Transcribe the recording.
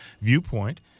viewpoint